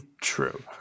true